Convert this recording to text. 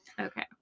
Okay